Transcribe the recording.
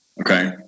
Okay